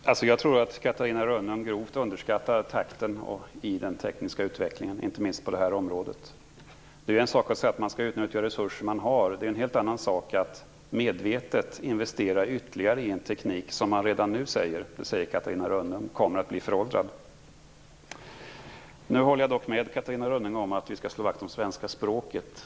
Fru talman! Jag tror att Catarina Rönnung grovt underskattar takten i den tekniska utvecklingen, inte minst på det här området. Det är en sak att säga att de resurser som finns skall utnyttjas, men det är en helt annan sak att medvetet investera ytterligare i en teknik som man redan nu vet, vilket Catarina Rönnung säger, kommer att bli föråldrad. Jag håller med Catarina Rönnung om att vi skall slå vakt om det svenska språket.